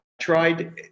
tried